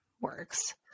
works